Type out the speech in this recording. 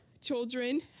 children